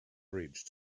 bridge